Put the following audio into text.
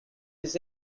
his